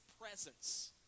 presence